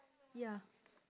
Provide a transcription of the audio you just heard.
ya